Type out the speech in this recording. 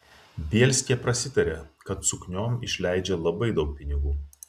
bielskė prasitarė kad sukniom išleidžia labai daug pinigų